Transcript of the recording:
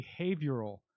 behavioral